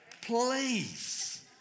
please